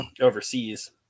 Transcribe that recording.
overseas